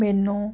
ਮੈਨੂੰ